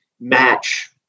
match